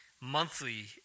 monthly